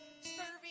serving